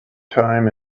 time